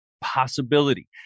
possibility